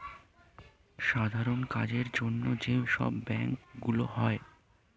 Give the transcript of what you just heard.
সাধারণ কাজের জন্য যে সব ব্যাংক গুলো হয়